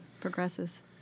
progresses